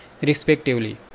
respectively